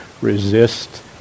resist